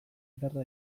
ederra